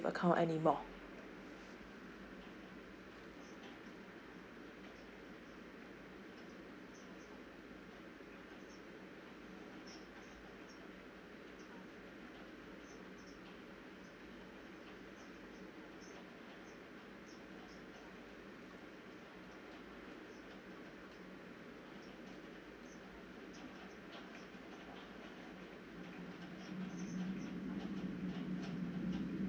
account anymore